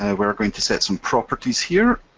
ah we are going to set some properties here,